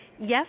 Yes